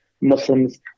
Muslims